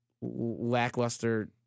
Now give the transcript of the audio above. lackluster